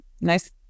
Nice